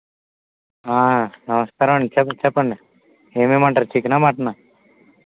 నమస్కారం అండి చె చెప్పండి ఏం ఇమ్మంటారు చికెనా మటనా